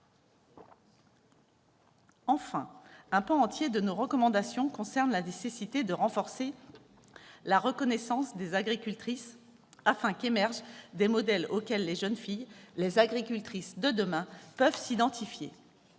Enfin, un pan entier de nos recommandations concerne la nécessité de renforcer la reconnaissance des agricultrices, afin qu'émergent des modèles auxquels les jeunes filles- les agricultrices de demain -peuvent s'identifier.